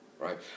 right